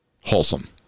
wholesome